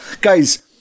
guys